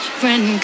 friend